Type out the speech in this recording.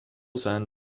sein